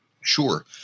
Sure